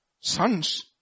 sons